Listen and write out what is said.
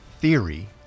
Theory